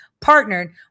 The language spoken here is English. partnered